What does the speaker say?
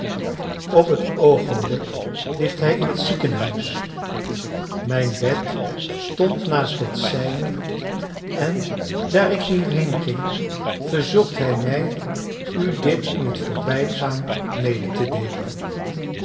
op het oogenblik ligt hij in het ziekenhuis mijn bed stond naast het zijne en daar ik hierheen ging verzocht hij mij u dit in het voorbijgaan mede te deelen